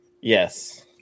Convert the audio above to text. Yes